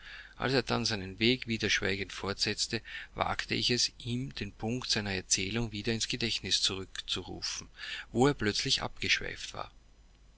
als er dann seinen weg wieder schweigend fortsetzte wagte ich es ihm den punkt seiner erzählung wieder ins gedächtnis zurückzurufen wo er plötzlich abgeschweift war